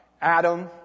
Adam